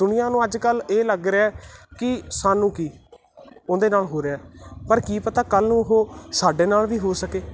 ਦੁਨੀਆਂ ਨੂੰ ਅੱਜ ਕੱਲ੍ਹ ਇਹ ਲੱਗ ਰਿਹਾ ਕਿ ਸਾਨੂੰ ਕੀ ਉਹਦੇ ਨਾਲ ਹੋ ਰਿਹਾ ਪਰ ਕੀ ਪਤਾ ਕੱਲ ਨੂੰ ਉਹ ਸਾਡੇ ਨਾਲ ਵੀ ਹੋ ਸਕੇ